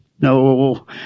No